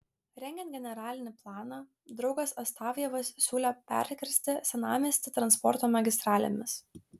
rengiant generalinį planą draugas astafjevas siūlė perkirsti senamiestį transporto magistralėmis